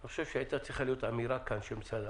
אני חושב שהייתה צריכה להיות אמירה כאן של המשרד.